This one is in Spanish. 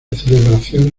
celebración